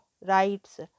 rights